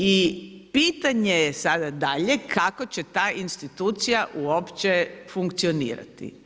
I pitanje je sada dalje kako će ta institucija uopće funkcionirati?